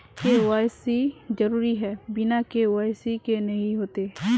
KYC जरुरी है बिना के.वाई.सी के नहीं होते?